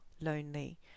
lonely